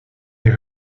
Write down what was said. est